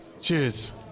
Cheers